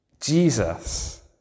Jesus